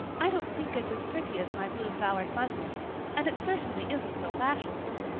i don't think it's as pretty as my blue-flowered muslin and it certainly isn't so fashionable.